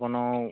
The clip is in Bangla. কোনো